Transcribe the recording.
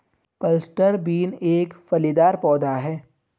cluster bean एक फलीदार पौधा है